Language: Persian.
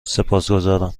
سپاسگزارم